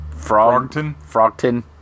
Frogton